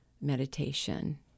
meditation